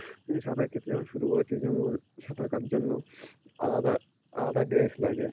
সাঁতার কাটা যখন শুরু করেছি যেমন সাঁতার কাটার জন্য আলাদা আলাদা ড্রেস লাগে